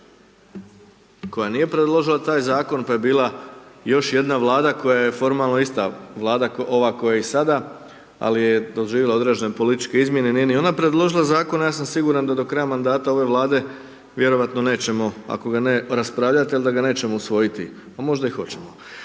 koja nije predložila taj Zakon, pa je bila još jedna Vlada koja je formalno ista Vlada, ova koja je i sada, ali je doživjela određene političke izmjene, nije ni ona predložila Zakon. Ja sam siguran da do kraja mandata ove Vlade vjerojatno nećemo, ako ga ne raspravljati, ali da ga nećemo usvojiti, pa možda i hoćemo.